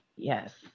Yes